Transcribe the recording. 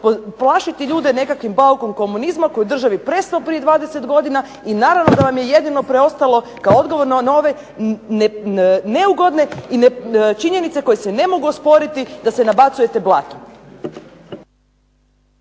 plašiti ljude nekakvim baukom komunizma koji je u državi prestao prije 20 godina i naravno da vam je jedino preostalo kao odgovor na ove neugodne i činjenice koje se ne mogu osporiti da se nabacujete blatom.